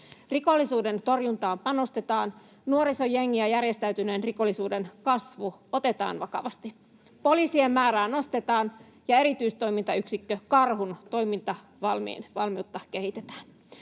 Rikollisuuden torjuntaan panostetaan, nuorisojengien ja järjestäytyneen rikollisuuden kasvu otetaan vakavasti. Poliisien määrää nostetaan ja erityistoimintayksikkö Karhun toimintavalmiutta kehitetään.